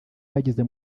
bageze